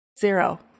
zero